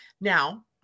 Now